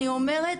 אני אומרת,